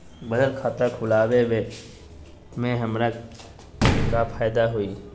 बचत खाता खुला वे में हमरा का फायदा हुई?